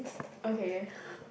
okay